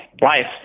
life